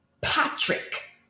Patrick